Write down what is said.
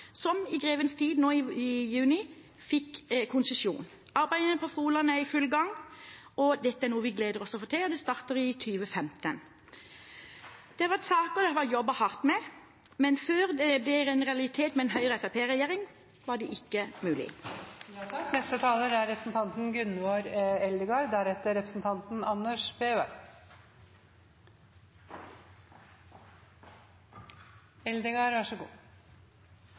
som i grevens tid nå i juni fikk konsesjon. Arbeidene på Froland er i full gang, og vi gleder oss til åpningen i 2015. Dette er saker det har vært jobbet hardt med, men før det ble en realitet med en Høyre–Fremskrittsparti-regjering, var det ikke mulig. Det var ikkje mykje om likestilling i trontalen. Det er